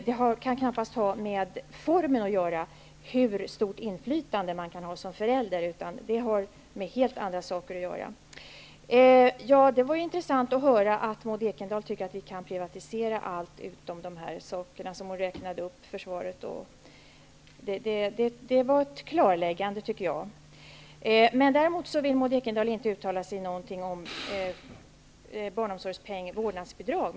Hur stort inflytande man kan ha som förälder beror knappast på i vilken form barnomsorgen bedrivs, utan det har med helt andra saker att göra. Det var intressant att höra att Maud Ekendahl tycker att vi kan privatisera allt utom det som hon räknade upp, bl.a. försvaret. Det var ett klarläggande. Däremot vill Maud Ekendahl inte alls uttala sig om barnomsorgspeng och vårdnadsbidrag.